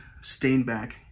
Stainback